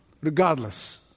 regardless